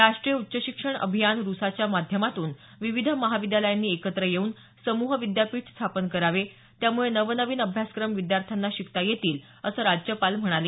राष्ट्रीय उच्च शिक्षण अभियान रुसाच्या माध्यमातून विविध महाविद्यालयांनी एकत्र येऊन समूह विद्यापीठ स्थापन करावे त्यामुळे नव नवीन अभ्यासक्रम विद्यार्थ्यांना शिकता येतील असं राज्यपाल म्हणाले